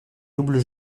double